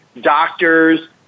doctors